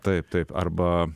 taip taip arba